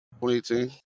2018